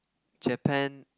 Japan